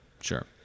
sure